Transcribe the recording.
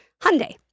Hyundai